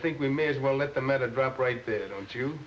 think we may as well let the matter drop right there don't you